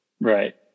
right